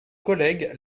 collègues